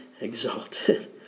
exalted